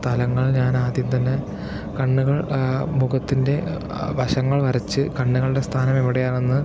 സ്ഥലങ്ങൾ ഞാൻ ആദ്യം തന്നെ കണ്ണുകൾ മുഖത്തിൻ്റെ വശങ്ങൾ വരച്ച് കണ്ണുകളുടെ സ്ഥാനം എവിടെ ആണെന്ന്